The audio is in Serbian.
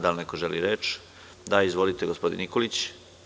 Da li neko želi reč? (Da.) Da, izvolite gospodine Nikolić.